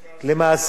למעסיק